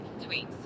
Tweets